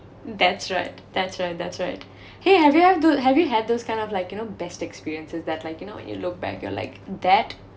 that's right that's right that's right !hey! have you have to have you had those kind of like you know best experiences that like you know when you look back you're like that